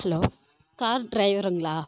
hello car ட்ரைவருங்ளா